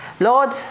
Lord